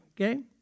okay